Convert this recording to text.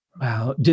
Wow